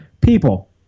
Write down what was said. people